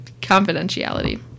confidentiality